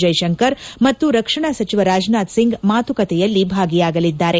ಜೈಶಂಕರ್ ಮತ್ತು ರಕ್ಷಣಾ ಸಚಿವ ರಾಜನಾಥ್ ಸಿಂಗ್ ಮಾತುಕತೆಯಲ್ಲಿ ಭಾಗಿಯಾಗಲಿದ್ದಾರೆ